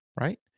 right